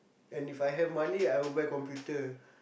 and if I have money I will buy computer